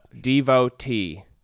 devotee